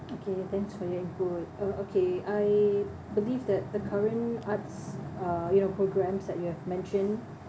okay thanks for your input oh okay I believe that the current arts(uh) you know programmes that you have mentioned